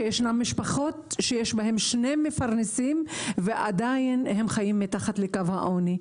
שישנן משפחות שיש בהן שני מפרנסים ועדיין הם חיים מתחת לקו העוני.